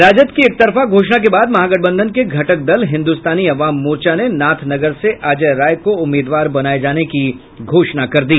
राजद की एकतरफा घोषणा के बाद महागठबंधन के घटक दल हिन्दुस्तानी अवाम मोर्चा ने नाथनगर से अजय राय को उम्मीदवार बनाये जाने की घोषणा कर दी